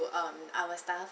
um our staff